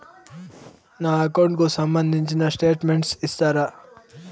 నా అకౌంట్ కు సంబంధించిన స్టేట్మెంట్స్ ఇస్తారా